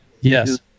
Yes